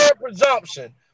presumption